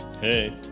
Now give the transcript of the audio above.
Hey